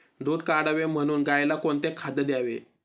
दूध वाढावे म्हणून गाईला कोणते खाद्य द्यावे?